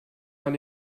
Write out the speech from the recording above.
man